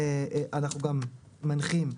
אנו גם מנחים,